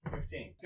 Fifteen